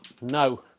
no